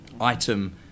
item